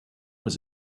was